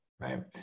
right